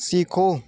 सीखो